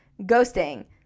Ghosting